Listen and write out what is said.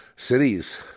Cities